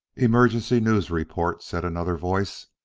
emergency news report, said another voice,